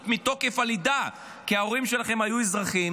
מתוקף הלידה כי ההורים שלכם היו אזרחים,